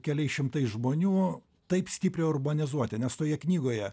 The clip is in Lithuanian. keliais šimtais žmonių taip stipriai urbanizuoti nes toje knygoje